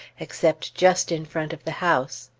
except just in front of the house.